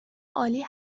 عالی